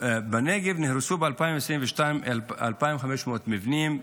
בנגב נהרסו ב-2022 2,500 מבנים.